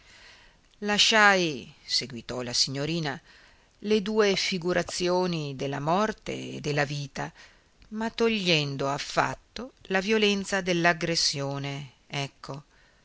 lasciai seguitò la signorina le due figurazioni della morte e della vita ma togliendo affatto la violenza dell'aggressione ecco